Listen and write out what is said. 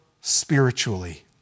spiritually